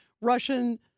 Russian